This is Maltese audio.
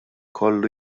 kollu